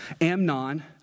Amnon